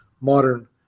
modern